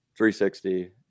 360